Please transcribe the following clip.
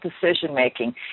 decision-making